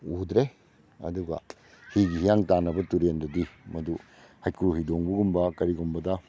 ꯎꯗ꯭ꯔꯦ ꯑꯗꯨꯒ ꯍꯤꯒꯤ ꯍꯤꯌꯥꯡ ꯇꯥꯟꯅꯕ ꯇꯨꯔꯦꯟꯗꯗꯤ ꯃꯗꯨ ꯍꯩꯀ꯭ꯔꯨ ꯍꯤꯗꯣꯡꯕꯒꯨꯝꯕ ꯀꯔꯤꯒꯨꯝꯕꯗ